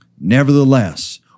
Nevertheless